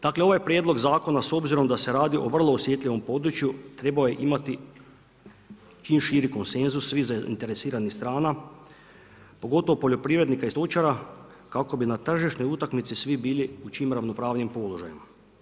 Dakle ovaj prijedlog zakona s obzirom da se radi o vrlo osjetljivom području trebao je imati čim širi konsenzus svih zainteresiranih strana pogotovo poljoprivrednika i stočara kako bi na tržišnoj utakmicama svi bili u čim ravnopravnijim položajima.